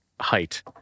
height